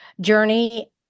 journey